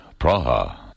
Praha